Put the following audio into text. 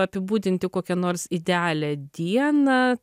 apibūdinti kokią nors idealią dieną